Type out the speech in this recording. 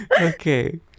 Okay